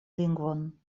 lingvon